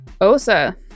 Osa